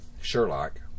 Sherlock